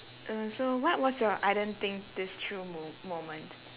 uh so what's was your I didn't think this through mo~ moment